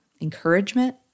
encouragement